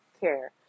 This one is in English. care